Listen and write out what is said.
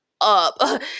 up